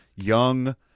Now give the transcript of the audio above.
young